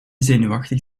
zenuwachtig